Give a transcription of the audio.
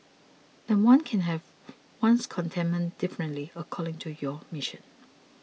and one can have one's contentment differently according to your mission